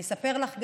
אני אספר לך גם,